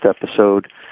episode